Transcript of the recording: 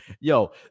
Yo